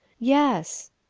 yes.